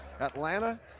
Atlanta